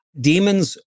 demons